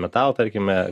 metalo tarkime